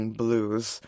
blues